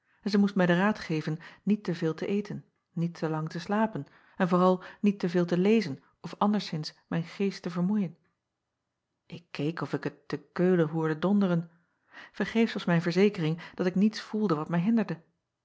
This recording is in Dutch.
en zij moest mij den raad geven niet te veel te eten niet te lang te slapen en vooral niet te veel te lezen of anderszins mijn geest te vermoeien k keek of ik het te eulen hoorde donderen ergeefs was mijn verzekering dat ik niets voelde wat mij hinderde